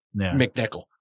McNichol